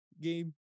game